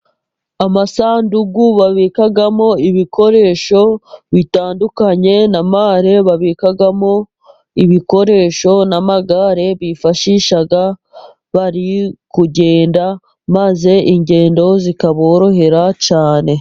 Amasandugu babikamo ibikoresho bitandukanye, na mare babikamo ibikoresho n'amagare, bifashisha bari kugenda, maze ingendo zikaborohera cyane.